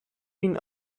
been